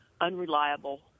unreliable